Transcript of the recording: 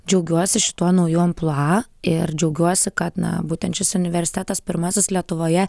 džiaugiuosi šituo nauju amplua ir džiaugiuosi kad na būtent šis universitetas pirmasis lietuvoje